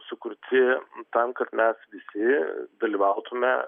sukurti tam kad mes visi dalyvautume